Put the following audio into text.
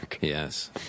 Yes